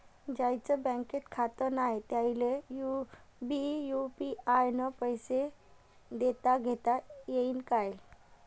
ज्याईचं बँकेत खातं नाय त्याईले बी यू.पी.आय न पैसे देताघेता येईन काय?